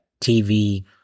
TV